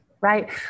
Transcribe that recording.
right